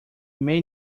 may